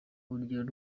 urugero